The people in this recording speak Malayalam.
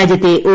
രാജ്യത്തെ ഒ